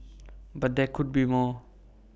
but there could be more